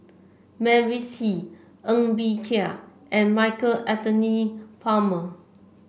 Mavis Hee Ng Bee Kia and Michael Anthony Palmer